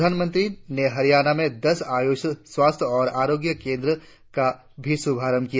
प्रधानमंत्री ने हरियाणा में दस आयुष स्वास्थ्य और आरोग्य केंद्रों का शुभारंभ भी किया